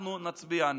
אנחנו נצביע נגד.